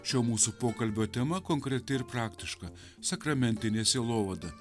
šio mūsų pokalbio tema konkreti ir praktiška sakramentinė sielovada